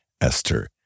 Esther